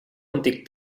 antic